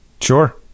Sure